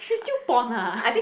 she still pon ah